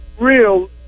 real